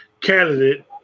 candidate